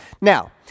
Now